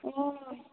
অঁ